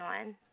on